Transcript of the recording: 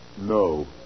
No